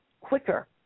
quicker